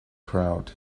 crowd